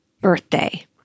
birthday